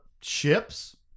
ships